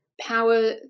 power